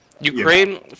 ukraine